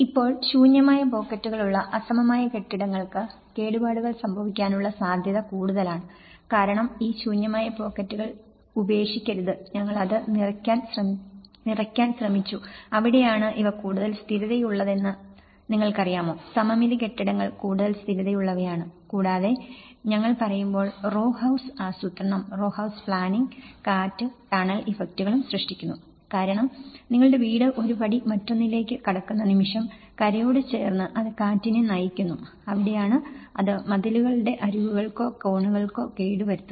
ഇപ്പോൾ ശൂന്യമായ പോക്കറ്റുകളുള്ള അസമമായ കെട്ടിടങ്ങൾക്ക് കേടുപാടുകൾ സംഭവിക്കാനുള്ള സാധ്യത കൂടുതലാണ് കാരണം ഈ ശൂന്യമായ പോക്കറ്റുകൾ ഉപേക്ഷിക്കരുത് ഞങ്ങൾ അത് നിറയ്ക്കാൻ ശ്രമിച്ചു അവിടെയാണ് ഇവ കൂടുതൽ സ്ഥിരതയുള്ളതെന്ന് നിങ്ങൾക്കറിയാമോ സമമിതി കെട്ടിടങ്ങൾ കൂടുതൽ സ്ഥിരതയുള്ളവയാണ് കൂടാതെ ഞങ്ങൾ പറയുമ്പോൾ റോ ഹൌസ് ആസൂത്രണം റോ ഹൌസ് പ്ലാനിംഗ് കാറ്റ് ടണൽ ഇഫക്റ്റുകളും സൃഷ്ടിക്കുന്നു കാരണം നിങ്ങളുടെ വീട് ഒരു പടി മറ്റൊന്നിലേക്ക് കടക്കുന്ന നിമിഷം കരയോട് ചേർന്ന് അത് കാറ്റിനെ നയിക്കുന്നു അവിടെയാണ് അത് മതിലുകളുടെ അരികുകൾക്കോ കോണുകൾക്കോ കേടുവരുത്തുന്നത്